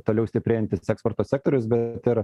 toliau stiprėjantis eksporto sektorius bet ir